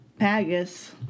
Pagus